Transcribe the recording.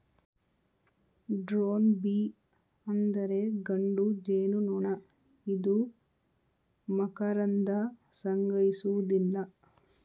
drone bee ಅಂದರೆ ಗಂಡು ಜೇನುನೊಣ ಇದು ಮಕರಂದ ಸಂಗ್ರಹಿಸುವುದಿಲ್ಲ